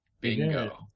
Bingo